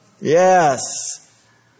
Yes